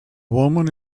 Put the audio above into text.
woman